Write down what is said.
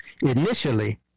initially